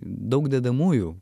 daug dedamųjų